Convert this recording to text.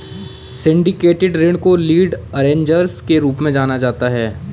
syndicated ऋण को lead arrangers के रूप में जाना जाता है